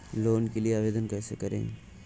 Loan के लिए आवेदन कैसे करें?